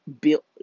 built